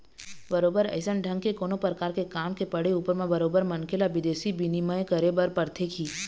बरोबर अइसन ढंग के कोनो परकार के काम के पड़े ऊपर म बरोबर मनखे ल बिदेशी बिनिमय करे बर परथे ही